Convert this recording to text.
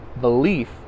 belief